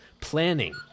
Planning